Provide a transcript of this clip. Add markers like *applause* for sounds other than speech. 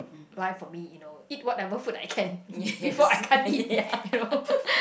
life for me you know eat whatever food I can *laughs* before I can't eat you know